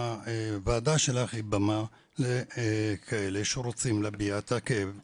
הוועדה שלך היא במה לכאלה שרוצים להביע את הכאב שלהם,